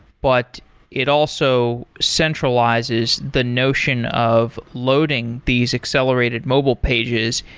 but it also centralizes the notion of loading these accelerated mobile pages.